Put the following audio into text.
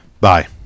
Bye